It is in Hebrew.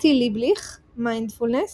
מתי ליבליך, מיינדפולנס